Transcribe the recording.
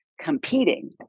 competing